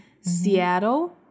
Seattle